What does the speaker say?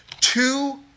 Two